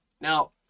now